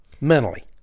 mentally